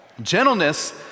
Gentleness